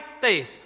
faith